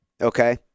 okay